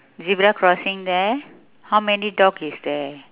zebra crossing there how many dog is there